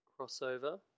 crossover